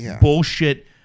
bullshit